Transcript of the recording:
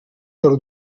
per